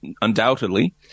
undoubtedly